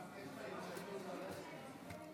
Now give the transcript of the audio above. גפני, יש לך הזדמנות לרדת מזה.